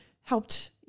helped